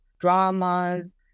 dramas